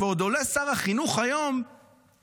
בסדר, ועוד עולה שר החינוך היום וצועק: